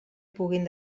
puguin